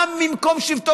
גם ממקום שבתו,